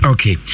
Okay